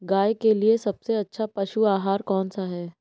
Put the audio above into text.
गाय के लिए सबसे अच्छा पशु आहार कौन सा है?